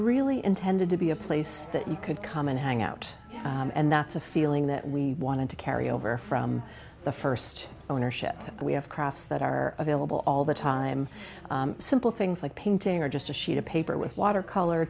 really intended to be a place that you could come and hang out and that's a feeling that we wanted to carry over from the st ownership we have crafts that are available all the time simple things like painting or just a sheet of paper with watercolor